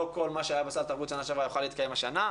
לא כל מה שהיה בסל התרבות בשנה שעברה יוכל להתקיים השנה.